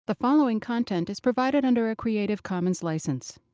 the following content is provided under a creative commons license.